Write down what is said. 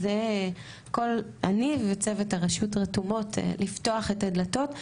אני וצוות הרשות רתומות לפתוח את הדלתות.